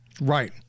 Right